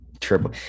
Triple